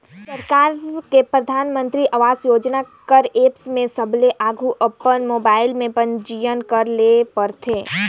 सरकार के परधानमंतरी आवास योजना कर एप में सबले आघु अपन मोबाइल में पंजीयन करे ले परथे